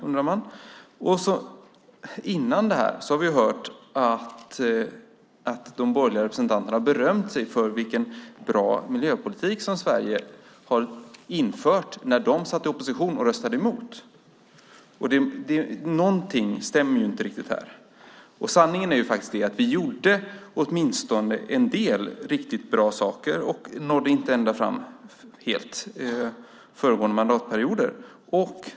Tidigare har vi hört att de borgerliga representanterna har berömt sig av vilken bra miljöpolitik som Sverige har infört när de satt i opposition och röstade emot. Någonting stämmer inte riktigt här. Sanningen är att vi gjorde åtminstone en del riktigt bra saker, men inte nådde ända fram, under föregående mandatperioder.